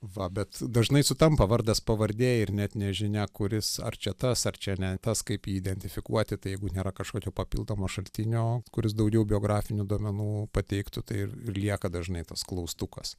va bet dažnai sutampa vardas pavardė ir net nežinia kuris ar čia tas ar čia ne tas kaip jį identifikuoti tai jeigu nėra kažkokio papildomo šaltinio kuris daugiau biografinių duomenų pateiktų tai ir ir lieka dažnai tas klaustukas